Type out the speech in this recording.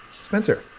Spencer